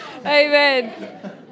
Amen